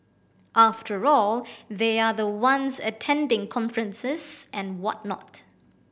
after all they are the ones attending conferences and whatnot